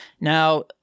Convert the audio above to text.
Now